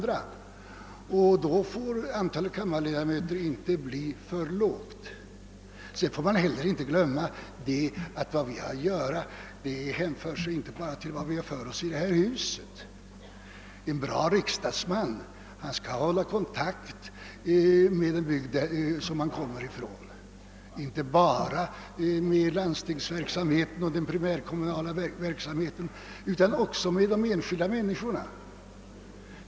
För att man skall kunna göra på detta sätt får antalet kammarledamöter inte vara för lågt. Vi skall inte heller glömma att vad vi har att göra hänför sig inte bara till det vi uträttar här i huset. Nej, en bra riksdagsman skall hålla kontakt med den bygd han kommer från — inte bara med landstingsverksamheten och den primärkommunala verksamheten utan också med enskilda människor.